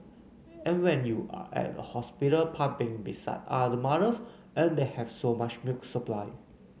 and when you're at the hospital pumping beside other mothers and they have so much milk supply